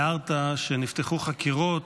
הערת שנפתחו חקירות